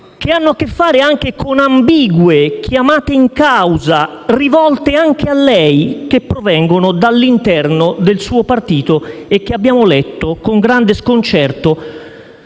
che hanno a che fare con ambigue chiamate in causa rivolte anche a lei, Ministro, che provengono dall'interno del suo partito e che abbiamo letto con grande sconcerto,